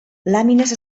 làmines